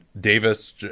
Davis